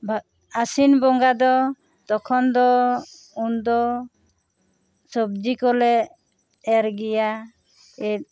ᱵᱷᱟᱜ ᱟᱥᱤᱱ ᱵᱚᱸᱜᱟ ᱫᱚ ᱛᱚᱠᱷᱚᱱ ᱫᱚ ᱩᱱ ᱫᱚ ᱥᱚᱵᱽᱡᱤ ᱠᱚᱞᱮ ᱮᱨ ᱜᱮᱭᱟ